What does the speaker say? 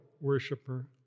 worshiper